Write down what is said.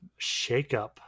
shakeup